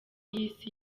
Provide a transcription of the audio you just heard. y’isi